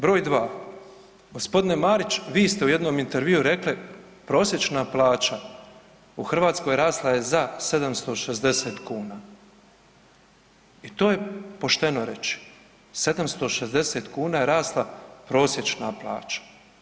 Broj 2, g. Marić, vi ste u jednom intervjuu rekli prosječna plaća u Hrvatskoj rasla je za 760 kuna i to je pošteno reć, 760 kuna je rasla prosječna plaća.